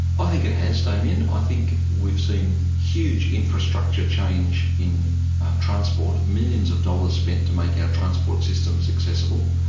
i think it has, damien, i think we've seen huge infrastructure change in transport, millions of dollars spent to make our transport systems accessible.